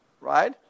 Right